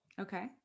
Okay